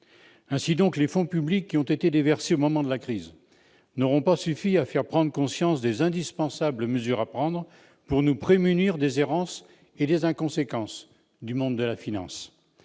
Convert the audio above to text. Ainsi, les fonds publics déversés au moment de la crise n'auront pas suffi à faire prendre conscience des indispensables mesures à prendre pour nous prémunir des errances et des inconséquences du monde de la finance.